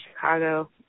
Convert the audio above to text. Chicago